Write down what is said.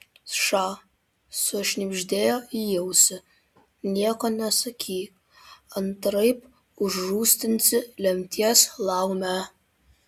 ša sušnibždėjo į ausį nieko nesakyk antraip užrūstinsi lemties laumę